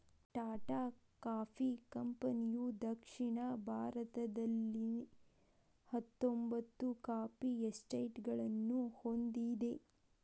Tata coffee ಕಂಪನಿಯುದಕ್ಷಿಣ ಭಾರತದಲ್ಲಿಹತ್ತೊಂಬತ್ತು coffee ಎಸ್ಟೇಟ್ಗಳನ್ನು ಹೊಂದಿದೆ